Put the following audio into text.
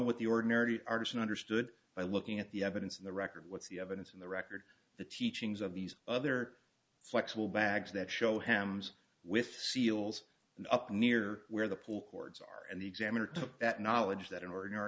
what the ordinary are misunderstood by looking at the evidence in the record what's the evidence in the record the teachings of these other flexible bags that show him with seals up near where the pool cords are and the examiner took that knowledge that an ordinary